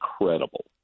incredible